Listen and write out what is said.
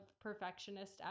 perfectionist